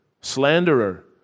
slanderer